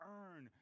earn